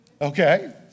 Okay